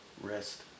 rest